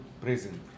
present